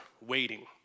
waiting